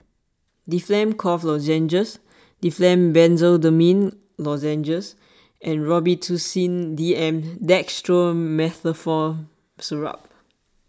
Difflam Cough Lozenges Difflam Benzydamine Lozenges and Robitussin D M Dextromethorphan Syrup